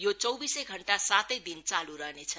यो चौविसै घण्टा सातै दिन चाल् रहनेछ